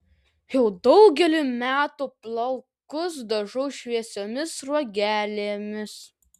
jau daugelį metų plaukus dažau šviesiomis sruogelėmis